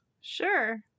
Sure